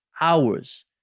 hours